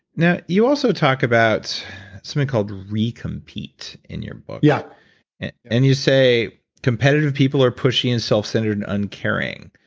now you also talk about something called re compete in your book, yeah and and you say competitive people are pushing and self-centered and uncaring.